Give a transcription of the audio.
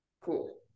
Cool